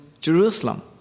Jerusalem